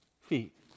feet